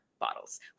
bottles